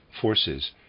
forces